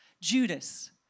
Judas